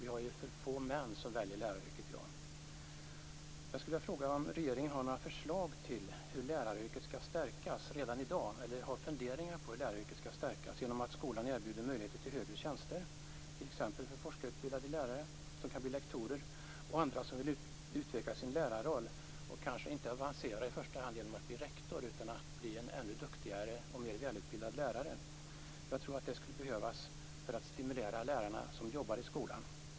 Vi har för få män som väljer läraryrket i dag. Jag skulle vilja fråga om regeringen har några förslag till eller funderingar på hur läraryrket ska stärkas redan i dag genom att skolan erbjuder möjligheter till högre tjänster t.ex. för forskarutbildade lärare, som kan bli lektorer. Andra kanske vill utveckla sin lärarroll och avancera, inte genom att bli rektorer utan genom att bli ännu duktigare och mer välutbildade lärare. Jag tror att det skulle behövas för att stimulera lärarna i skolan.